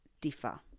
differ